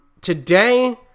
Today